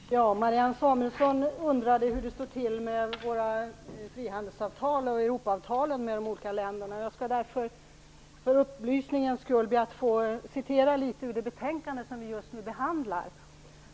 Fru talman! Marianne Samuelsson undrade hur det står till med våra frihandelsavtal och Europaavtalen med de olika länderna. Jag skall därför för upplysningens skull citera ur det betänkande som vi just nu behandlar.